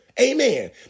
amen